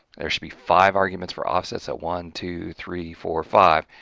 there should be five arguments for offset so one, two, three, four, five.